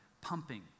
pumping